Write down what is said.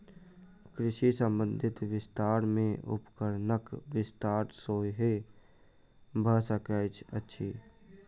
कृषि संबंधी विस्तार मे उपकरणक विस्तार सेहो भ सकैत अछि